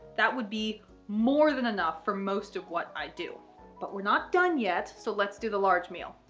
that would be more than enough for most of what i do but we're not done yet, so let's do the large meal.